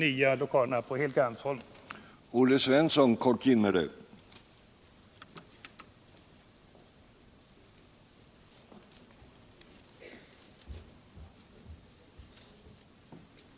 Riksdagens lokalfrågor på längre Sikt frågor på längre Sikt